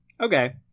Okay